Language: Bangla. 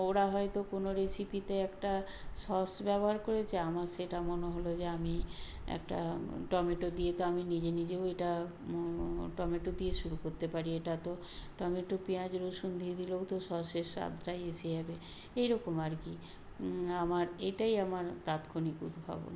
ওরা হয়তো কোনো রেসিপিতে একটা সস ব্যবহার করেছে আমার সেটা মনে হলো যে আমি একটা টমেটো দিয়ে তো আমি নিজে নিজেও এটা টমেটো দিয়ে শুরু করতে পারি এটা তো টমেটো পেঁয়াজ রসুন দিয়ে দিলেও তো সসের স্বাদটাই এসে যাবে এই রকম আর কি আমার এটাই আমার তাৎক্ষণিক উদ্ভাবন